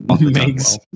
Makes